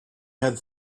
had